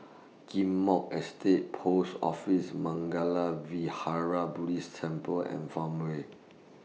Ghim Moh Estate Post Office Mangala Vihara Buddhist Temple and Farmway